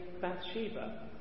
Bathsheba